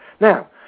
Now